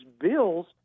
bills